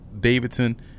Davidson